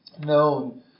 Known